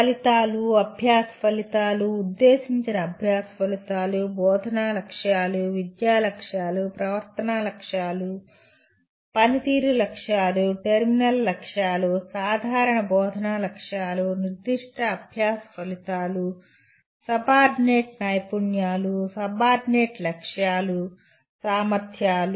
ఫలితాలు అభ్యాస ఫలితాలు ఉద్దేశించిన అభ్యాస ఫలితాలు బోధనా లక్ష్యాలు విద్యా లక్ష్యాలు ప్రవర్తనా లక్ష్యాలు పనితీరు లక్ష్యాలు టెర్మినల్ లక్ష్యాలు సాధారణ బోధనా లక్ష్యాలు నిర్దిష్ట అభ్యాస ఫలితాలు సబార్డినేట్ నైపుణ్యాలు సబార్డినేట్ లక్ష్యాలు సామర్థ్యాలు